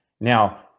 Now